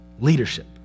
leadership